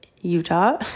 Utah